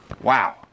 Wow